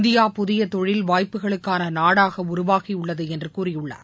India புதிய தொழில் வாய்ப்புகளுக்கான நாடாக உருவாகியுள்ளது என்று கூறியுள்ளார்